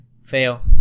Fail